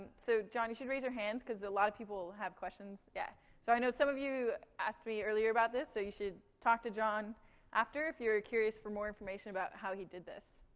so, john, you should raise your hands because a lot of people have questions. yeah so i know some of you asked me earlier about this, so you should talk to john after, if you're curious for more information about how he did this.